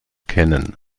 kennen